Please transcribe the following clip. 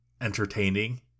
entertaining